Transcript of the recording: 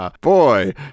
Boy